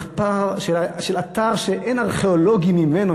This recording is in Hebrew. של אתר שאין ארכיאולוגי ממנו,